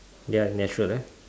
ya natural right